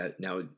now